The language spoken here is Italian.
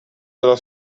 della